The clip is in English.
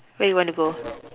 where you want to go